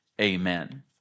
Amen